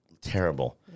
terrible